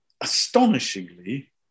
astonishingly